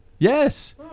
Yes